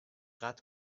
قطع